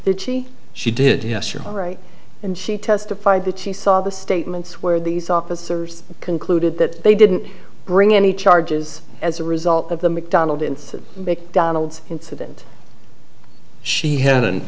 trial she did yes you're right and she testified that she saw the statements where these officers concluded that they didn't bring any charges as a result of the mcdonald in donald's incident she had an